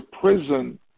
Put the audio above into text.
prison